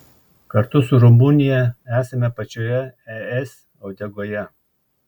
kartu su rumunija esame pačioje es uodegoje